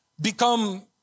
become